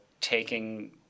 taking